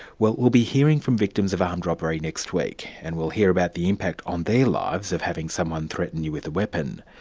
we'll we'll be hearing from victims of armed robbery next week, and we'll hear about the impact on their lives of having someone threaten you with a weapon.